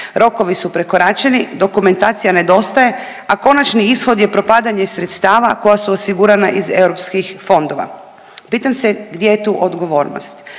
rokovi su prekoračeni dokumentacija nedostaje, a konačni ishod je propadanje sredstava koja su osigurana iz europskih fondova. Pitam se gdje je tu odgovornost?